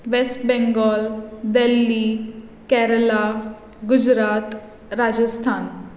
west Bengal Delhi Kerala Gujarat Rajasthan